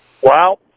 Wow